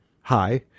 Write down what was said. Hi